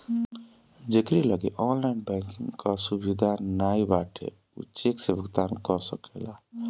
जेकरी लगे online banking कअ सुविधा नाइ बाटे उ चेक से भुगतान कअ सकेला